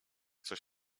coś